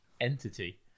entity